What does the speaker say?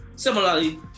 Similarly